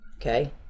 Okay